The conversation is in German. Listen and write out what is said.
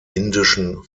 indischen